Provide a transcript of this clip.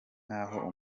nkaho